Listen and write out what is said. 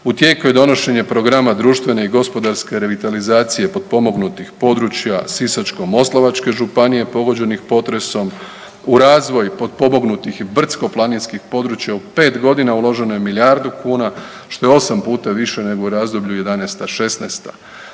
u tijeku je donošenje programa društvene i gospodarske revitalizacije potpomognutih područja Sisačko-moslavačke županije pogođenih potresom. U razvoj potpomognutih i brdsko-planinskih područja u 5.g. uloženo je milijardu kuna, što je 8 puta više nego u razdoblju '11.-'16.,